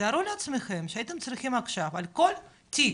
תתארו לעצמכם שהייתם צריכים עכשיו על כל תיק,